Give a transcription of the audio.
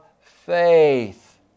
faith